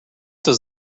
does